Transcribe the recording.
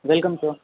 welcome sir